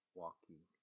walking